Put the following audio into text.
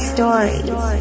Stories